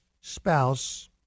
spouse